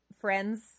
friends